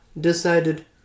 decided